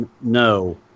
no